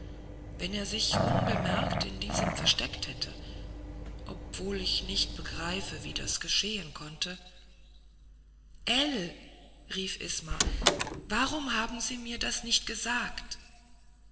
wenn er sich unbemerkt in diesem versteckt hätte obwohl ich nicht begreife wie das geschehen konnte ell rief isma warum haben sie mir das nicht gesagt